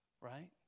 right